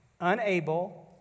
unable